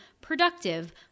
productive